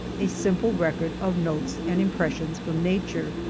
a simple record of notes and impressions from nature.